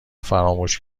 فراموش